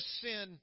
sin